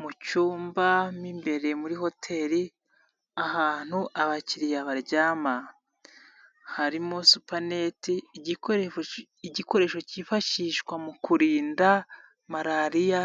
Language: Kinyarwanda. Mu cyumba mu imbere muri hoteri ahantu abakiriya baryama harimo supaneti igikoresho cyifashishwa mu kurinda malariya